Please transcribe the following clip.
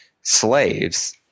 slaves